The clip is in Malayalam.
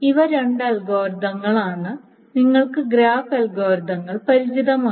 ഇവ രണ്ട് അൽഗോരിതങ്ങളാണ് നിങ്ങൾക്ക് ഗ്രാഫ് അൽഗോരിതങ്ങൾ പരിചിതമാണ്